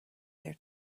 their